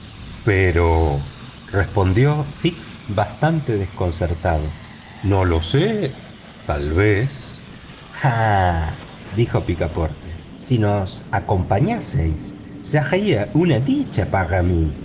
vaya respondió fix bastante desconcertado no lo sé tal vez ah dijo picaporte si nos acompañaseis sería una dicha para mí